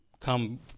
come